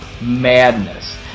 madness